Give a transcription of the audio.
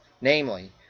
namely